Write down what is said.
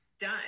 done